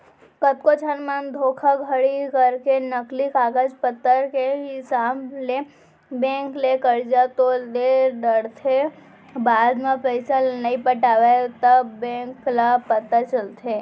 कतको झन मन धोखाघड़ी करके नकली कागज पतर के हिसाब ले बेंक ले करजा तो ले डरथे बाद म पइसा ल नइ पटावय तब बेंक ल पता चलथे